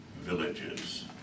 villages